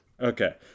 Okay